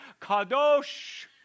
Kadosh